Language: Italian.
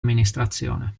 amministrazione